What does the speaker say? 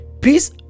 Peace